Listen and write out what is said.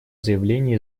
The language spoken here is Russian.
заявление